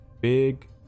Big